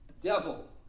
devil